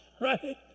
right